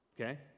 Okay